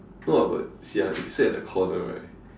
no ah but if you sit at the corner